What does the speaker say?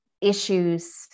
issues